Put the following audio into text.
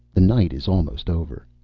the night is almost over.